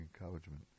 encouragement